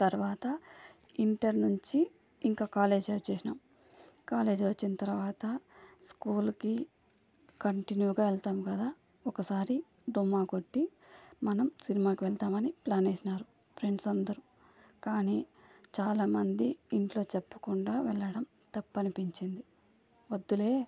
తర్వాత ఇంటర్ నుంచి ఇంక కాలేజ్ వచ్చినాం కాలేజ్ వచ్చిన తర్వాత స్కూల్కి కంటిన్యూగా వెళ్తాం కదా ఒకసారి డుమ్మా కొట్టి మనం సినిమాకి వెళదామని ప్లాన్ వేసినారు ఫ్రెండ్స్ అందరు కానీ చాలామంది ఇంట్లో చెప్పకుండా వెళ్ళడం తప్పనిపించింది వద్దులే